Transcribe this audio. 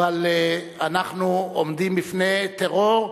אבל אנחנו עומדים בפני טרור,